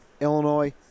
illinois